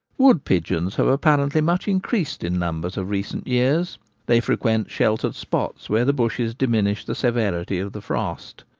wood-pigeons have apparently much increased in numbers of recent years they frequent sheltered spots where the bushes diminish the severity of the frost.